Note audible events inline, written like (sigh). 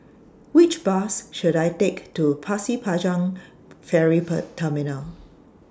Which Bus should I Take to Pasir Panjang Ferry (unintelligible) Terminal